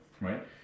right